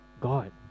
God